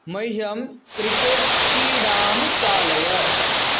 मह्यं क्रिकेट् क्रीडां चालय